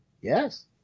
Yes